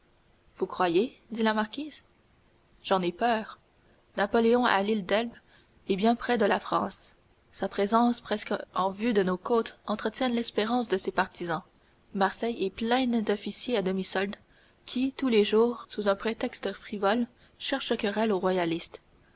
vous croyez dit la marquise j'en ai peur napoléon à l'île d'elbe est bien près de la france sa présence presque en vue de nos côtes entretient l'espérance de ses partisans marseille est pleine d'officiers à demi-solde qui tous les jours sous un prétexte frivole cherchent querelle aux royalistes